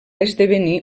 esdevenir